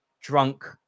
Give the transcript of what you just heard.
drunk